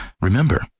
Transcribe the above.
Remember